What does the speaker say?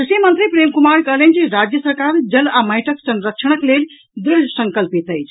कृषि मंत्री प्रेम कुमार कहलनि जे राज्य सरकार जल आ माटिक संरक्षणक लेल दृढ़ संकल्पित अछि